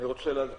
אני רוצה להזכיר